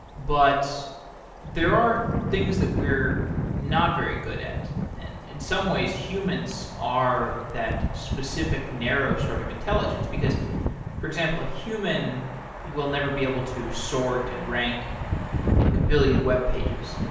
but there are things that we're not very good at. and in some ways, humans are that specific narrow sort of intelligence. for example, a human will never be able to sort and rank like a billion webpages,